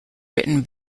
written